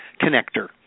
connector